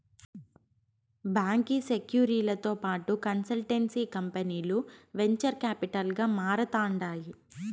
బాంకీ సెక్యూరీలతో పాటు కన్సల్టెన్సీ కంపనీలు వెంచర్ కాపిటల్ గా మారతాండాయి